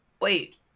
wait